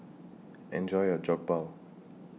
Enjoy your Jokbal